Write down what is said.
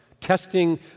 testing